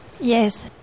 Yes